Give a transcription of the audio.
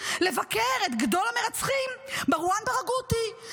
לבקר את גדול המרצחים מרואן ברגותי,